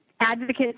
Advocates